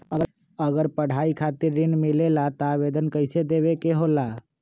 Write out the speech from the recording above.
अगर पढ़ाई खातीर ऋण मिले ला त आवेदन कईसे देवे के होला?